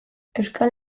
euskal